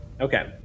Okay